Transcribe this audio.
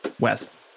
West